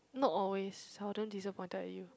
not always I was damn disappointed at you